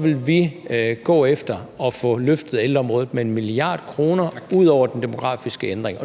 vil vi gå efter at få løftet ældreområdet med 1 mia. kr. ud over den demografiske ændring.